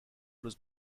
روز